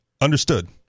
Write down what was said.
Understood